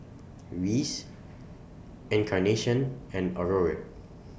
Reese Encarnacion and Aurore